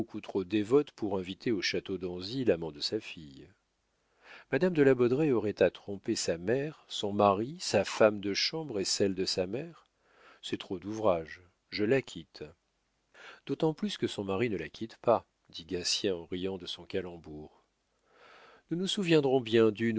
trop dévote pour inviter au château d'anzy l'amant de sa fille madame de la baudraye aurait à tromper sa mère son mari sa femme de chambre et celle de sa mère c'est trop d'ouvrage je l'acquitte d'autant plus que son mari ne la quitte pas dit gatien en riant de son calembour nous nous souviendrons bien